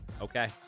Okay